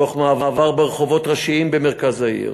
תוך מעבר ברחובות ראשיים במרכז העיר.